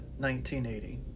1980